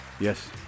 Yes